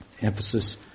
emphasis